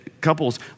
couples